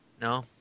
No